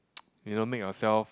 you know make yourself